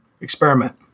experiment